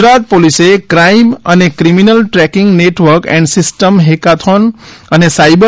ગુજરાત પોલીસે ક્રાઈમ અને criminal tracking network and system hackathon અને સાયબર